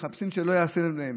הם מחפשים שלא יפגעו בהם.